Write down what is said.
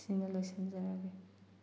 ꯑꯁꯤꯅ ꯂꯣꯏꯁꯟꯖꯔꯒꯦ